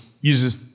uses